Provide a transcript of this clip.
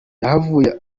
yahavuye